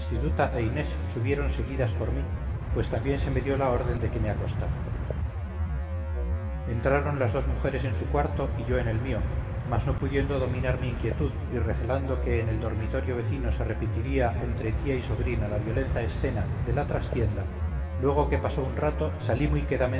inés subieron seguidas por mí pues también se me dio la orden de que me acostara entraron las dos mujeres en su cuarto y yo en el mío mas no pudiendo dominar mi inquietud y recelando que en el dormitorio vecino se repetiría entre tía y sobrina la violenta escena de la trastienda luego que pasó un rato salí muy